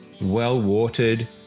well-watered